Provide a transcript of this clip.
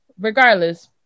regardless